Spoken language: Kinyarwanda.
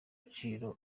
agaciro